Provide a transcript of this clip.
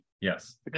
yes